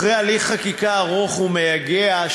אחרי הליך חקיקה ארוך ומייגע,